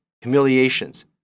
humiliations